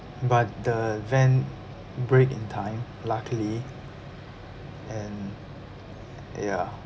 but the van braked in time luckily and ya